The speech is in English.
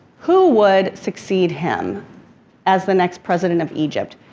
who would succeed him as the next president of egypt.